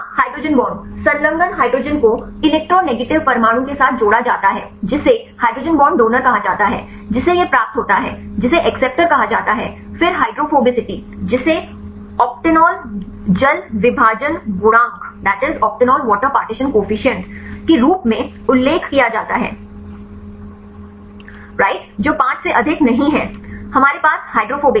हाँ hydrogen bond संलग्न hydrogen को इलेक्ट्रोनगेटिव परमाणु के साथ जोड़ा जाता है जिसे हाइड्रोजन बॉन्ड डोनर कहा जाता है जिसे यह प्राप्त होता है जिसे एक्सेप्टर कहा जाता है फिर हाइड्रोफोबिसिटी जिसे ओक्टानॉल जल विभाजन गुणांक के रूप में उल्लेख किया जाता है राइट जो 5 से अधिक नहीं है हमारे पास हाइड्रोफोबिक है